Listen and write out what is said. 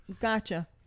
Gotcha